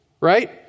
right